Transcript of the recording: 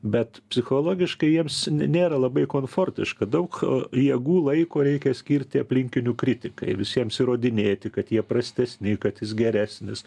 bet psichologiškai jiems nėra labai komfortiška daug jėgų laiko reikia skirti aplinkinių kritikai visiems įrodinėti kad jie prastesni kad jis geresnis